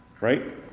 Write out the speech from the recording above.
right